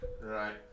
Right